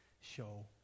show